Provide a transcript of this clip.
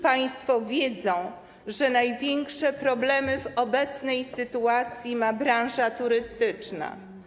Państwo wiedzą, że największe problemy w obecnej sytuacji ma branża turystyczna.